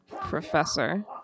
Professor